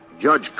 Judge